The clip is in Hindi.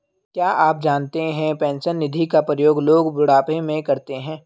क्या आप जानते है पेंशन निधि का प्रयोग लोग बुढ़ापे में करते है?